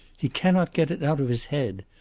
he cannot get it out of his head.